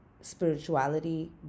spirituality